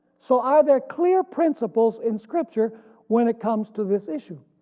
so are there clear principles in scripture when it comes to this issue?